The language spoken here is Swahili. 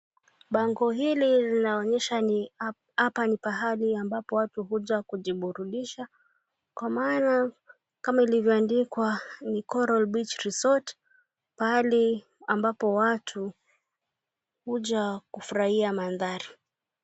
Bango hili linaonyesha hapa ni pahali watu hukuja kujiburudisha kwa maana kama ilivyoandikwa ni "CORAL BEACH RESORT" pahali ambapo watu huja kufurahia mandhari.